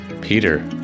Peter